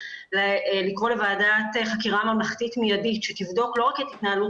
לקרוא לוועדת חקירה ממלכתית מיידית שתבדוק לא רק את התנהלות